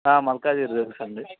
మల్కాజ్గిరి తెలుసు అండి